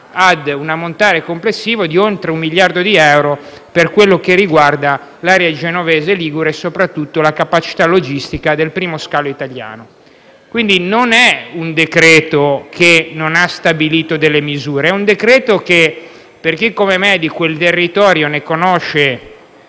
ad un ammontare complessivo di oltre un miliardo di euro per l’area genovese e ligure e soprattutto per la capacità logistica del primo scalo italiano. Quindi non si tratta di un decreto che non stabilisce delle misure: è un decreto che, per chi come me è di quel territorio e ne conosce